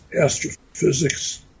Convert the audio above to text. astrophysics